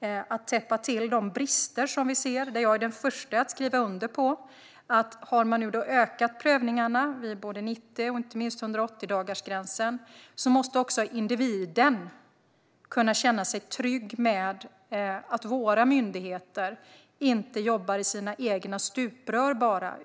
Vi ska täppa till de brister som vi ser, och jag är den första att skriva under på att om man nu har ökat prövningarna vid både 90 och 180-dagarsgränsen så måste också individen kunna känna sig trygg med att våra myndigheter inte bara jobbar i sina egna stuprör.